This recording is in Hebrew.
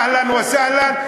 אהלן וסהלן,